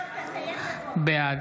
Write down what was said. בעד